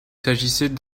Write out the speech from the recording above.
s’agissait